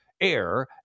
air